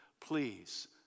Please